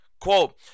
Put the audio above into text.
Quote